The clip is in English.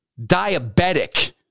diabetic